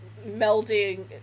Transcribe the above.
melding